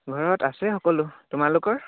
ঘৰত আছে সকলো তোমালোকৰ